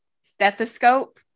stethoscope